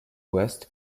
west